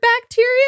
bacteria